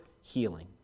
healing